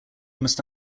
must